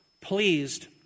pleased